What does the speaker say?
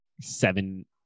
seven